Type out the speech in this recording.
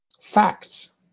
facts